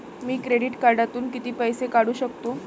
मी credit कार्डातून किती पैसे काढू शकतो?